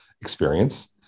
experience